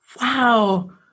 Wow